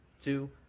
two